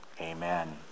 amen